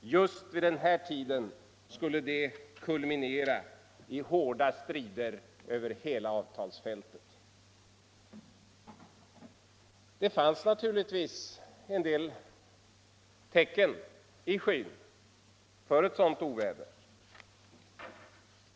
Just vid den här tiden skulle det kulminera i hårda strider över hela avtalsfältet. Det fanns naturligtvis en del tecken i skyn på ett sådant oväder.